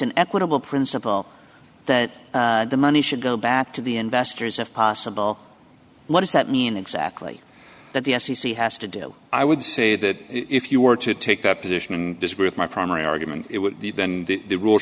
an equitable principle that the money should go back to the investors of possible what does that mean exactly that the f c c has to do i would say that if you were to take that position in this with my primary argument it would be then the rule